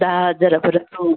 दहा हजारापर्यंत होईल